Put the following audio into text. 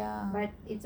ya